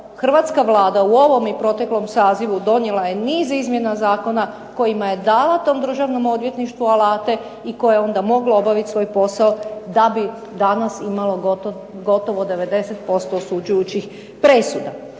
hrvatska Vlada u ovom i proteklom sazivu donijela je niz izmjena zakona kojima je dala tom Državnom odvjetništvu alate i koje je onda moglo obavit svoj posao da bi danas imao gotovo 90% osuđujućih presuda.